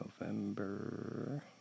November